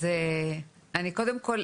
אז קודם כל,